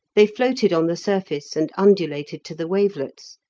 they floated on the surface and undulated to the wavelets,